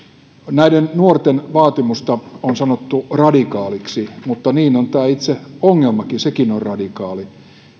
näiden nuorten vaatimusta on sanottu radikaaliksi mutta niin on tämä itse ongelmakin sekin on radikaali